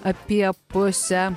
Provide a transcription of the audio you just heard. apie pusę